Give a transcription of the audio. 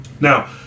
now